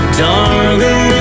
darling